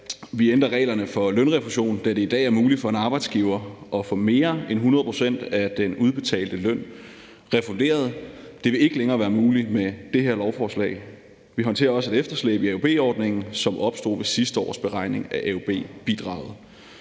Vi ændrer reglerne for lønrefusion, da det i dag er muligt for en arbejdsgiver at få mere end 100 pct. af den udbetalte løn refunderet. Det vil ikke længere være muligt med det her lovforslag. Vi håndterer også et efterslæb i AUB-ordningen, som opstod ved sidste års beregning af AUB-bidraget.